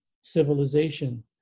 civilization